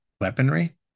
weaponry